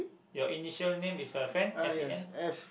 your initial name is a fan F A N